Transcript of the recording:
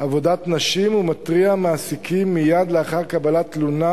עבודת נשים ומתריע בפני מעסיקים מייד לאחר קבלת תלונה